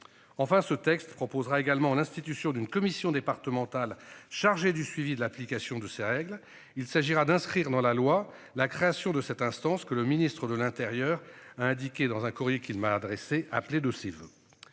Enfin ce texte proposera également l'institution d'une commission départementale chargée du suivi de l'application de ces règles. Il s'agira d'inscrire dans la loi la création de cette instance que le ministre de l'Intérieur a indiqué dans un courrier qu'il m'a adressé appelé de ses